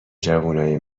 جوونای